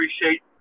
appreciate